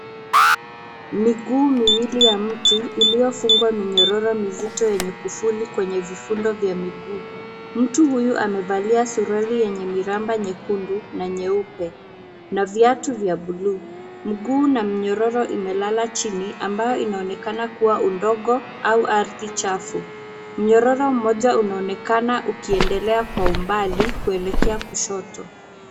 Miguu miwili ya mtu iliyofungwa minyororo mizito yenye kufuli kwenye vifundo vya miguu. Mtu huyu amevalia suruali yenye miraba nyekundu na nyeupe na viatu vya bluu. Mguu na minyororo imelala chini ambayo inaonekana kuwa udongo au ardhi chafu. Mnyororo mmoja unaonekana ukiendelea kwa umbali kuelekea kushoto.